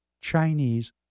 Chinese